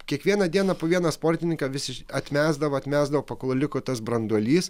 kiekvieną dieną po vieną sportininką vis atmesdavo atmesdavo pakol liko tas branduolys